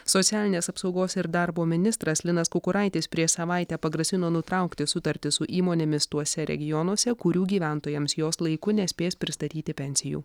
socialinės apsaugos ir darbo ministras linas kukuraitis prieš savaitę pagrasino nutraukti sutartis su įmonėmis tuose regionuose kurių gyventojams jos laiku nespės pristatyti pensijų